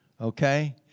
okay